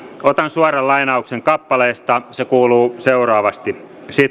otan suoran lainauksen kappaleesta se kuuluu seuraavasti